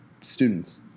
students